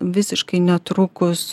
visiškai netrukus